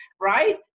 right